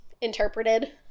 interpreted